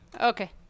Okay